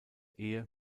ehe